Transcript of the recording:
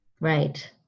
Right